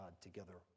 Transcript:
together